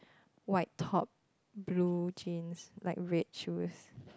white top blue jeans like red shoes